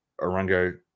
Orango